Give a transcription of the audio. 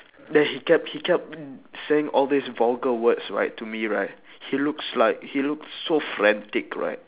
then he kept he kept saying all these vulgar words right to me right he looks like he looked so frantic right